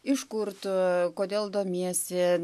iš kur tu kodėl domiesi